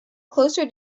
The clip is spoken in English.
closer